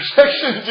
section